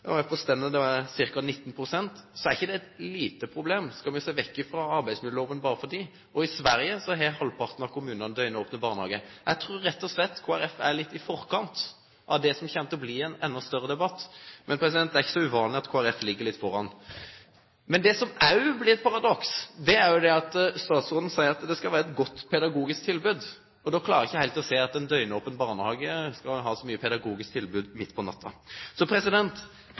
Jeg forstår at det er snakk om ca. 19 pst., så da er ikke det et lite problem. Skal vi se vekk fra arbeidsmiljøloven bare for dem? I Sverige har halvparten av kommunene døgnåpne barnehager. Jeg tror rett og slett at Kristelig Folkeparti er litt i forkant av det som kommer til å bli en enda større debatt, men det er ikke så uvanlig at Kristelig Folkeparti ligger litt foran. Det som også blir et paradoks, er at statsråden sier at det skal være et godt pedagogisk tilbud. Jeg klarer ikke helt å se at en døgnåpen barnehage skal ha så mye pedagogisk tilbud midt på